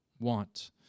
want